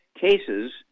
cases